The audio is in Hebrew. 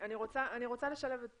אני רוצה לשלב את